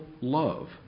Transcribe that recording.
love